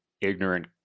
ignorant